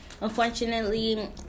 unfortunately